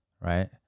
right